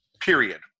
period